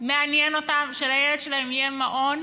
מעניין אותם שלילד שלהם יהיה מעון